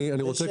אני רוצה